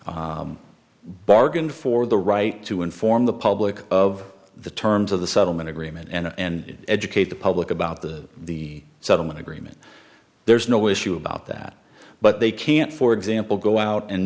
counsel bargained for the right to inform the public of the terms of the settlement agreement and educate the public about the the settlement agreement there's no issue about that but they can't for example go out and